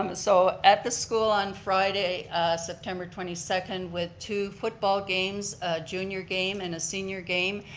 um and so at the school on friday september twenty second with two football games, a junior game and a senior game,